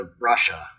Russia